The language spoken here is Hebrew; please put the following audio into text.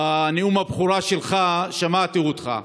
בנאום הבכורה שלך שמעתי אותך,